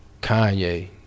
Kanye